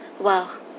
Wow